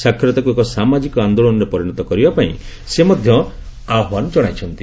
ସାକ୍ଷରତାକୁ ଏକ ସାମାଜିକ ଆନ୍ଦୋଳନରେ ପରିଣତ କରିବା ପାଇଁ ସେ ମଧ୍ୟ ସେ ଆହ୍ୱାନ ଜଣାଇଛନ୍ତି